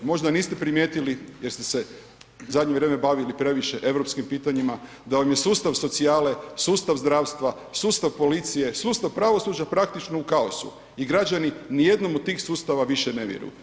Možda niste primijetili jer ste se zadnje vrijeme bavili previše europskim pitanjima da vam je sustav socijale, sustav zdravstva, sustav policije, sustav pravosuđa praktično u kaosu i građani nijednom od tih sustava više ne vjeruju.